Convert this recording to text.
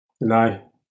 no